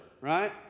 Right